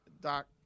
Doc